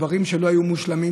דברים שלא היו מושלמים,